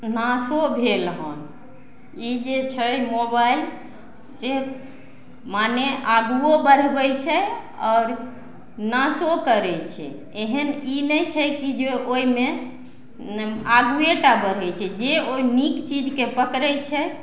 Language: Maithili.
नाशो भेल हन ई जे छै मोबाइल से माने आगुओ बढ़बय छै आओर नाशो करय छै एहन ई नहि छै कि जे ओइमे आगुवेटा बढ़य छै जे ओइ नीक चीजके पकड़य छै